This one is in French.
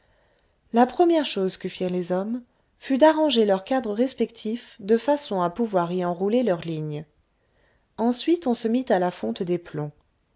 la première chose que firent les hommes fut d'arranger leurs cadres respectifs de façon à pouvoir y enrouler leurs lignes ensuite on se mit à la fonte des plombs